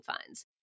funds